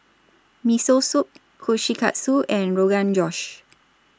Miso Soup Kushikatsu and Rogan Josh